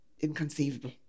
inconceivable